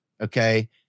okay